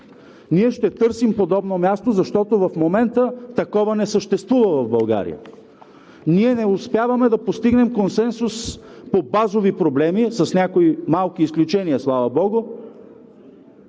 ние ще търсим подобно място, защото в момента такова не съществува в България. Ние не успяваме да постигнем консенсус по базови проблеми, с някои малки изключения, слава богу,